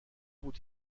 بود